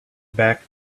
back